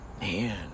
Man